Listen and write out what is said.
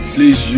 Please